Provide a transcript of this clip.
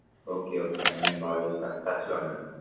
okay okay అండి నేను call చేస్తా టచ్లో ఉండండి